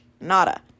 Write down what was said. nada